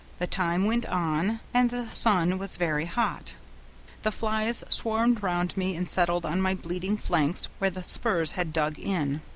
the time went on, and the sun was very hot the flies swarmed round me and settled on my bleeding flanks where the spurs had dug in.